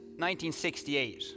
1968